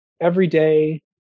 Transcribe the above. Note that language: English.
everyday